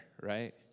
right